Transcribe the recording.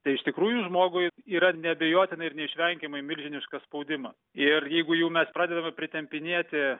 tai iš tikrųjų žmogui yra neabejotinai ir neišvengiamai milžinišką spaudimą ir jeigu jau mes pradedame pritempinėti